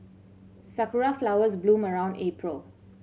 sakura flowers bloom around April